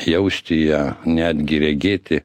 jausti ją netgi regėti